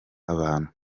abantu